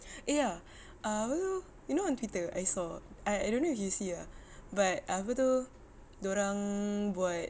ya ah apa tu you know on twitter I saw I don't know if you see ah but apa tu dorang buat